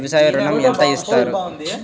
వ్యవసాయ ఋణం ఎంత ఇస్తారు?